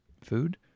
Food